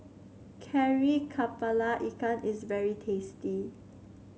Kari kepala Ikan is very tasty